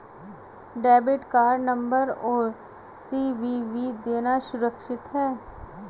Debit card number और CVV देना सुरक्षित है?